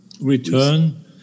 return